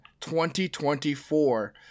2024